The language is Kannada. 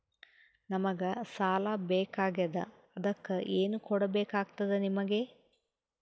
ನಮಗ ಸಾಲ ಬೇಕಾಗ್ಯದ ಅದಕ್ಕ ಏನು ಕೊಡಬೇಕಾಗ್ತದ ನಿಮಗೆ?